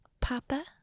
papa